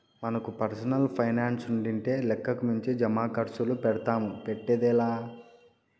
మనకు పర్సనల్ పైనాన్సుండింటే లెక్కకు మించి జమాకర్సులు పెడ్తాము, పెట్టేదే లా